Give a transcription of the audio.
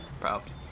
props